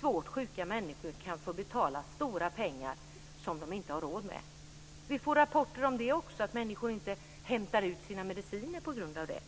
Svårt sjuka människor kan få betala stora pengar som de inte har råd med. Vi får rapporter om det. Människor hämtar inte ut sin mediciner på grund av det.